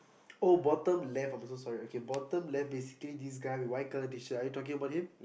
oh bottom left I'm so sorry okay bottom left basically this guy with white colour t-shirt are you talking about him